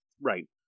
right